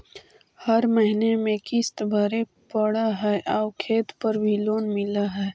हर महीने में किस्त भरेपरहै आउ खेत पर भी लोन मिल है?